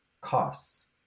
costs